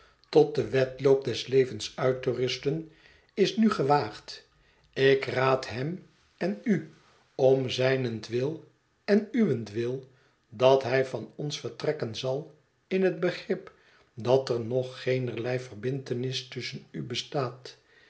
tot den het verlaten huis wedloop des levens uit te rusten is nu gewaagd ik raad hem en u om zijnentwil en uwentwil dat hij van ons vertrekken zal in het begrip dat er nog geenerloi verbintenis tusschen u bestaat